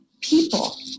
people